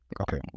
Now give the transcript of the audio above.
Okay